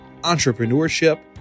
entrepreneurship